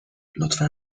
لطفا